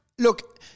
Look